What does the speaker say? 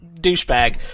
douchebag